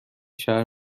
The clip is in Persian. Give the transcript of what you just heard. شهر